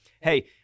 hey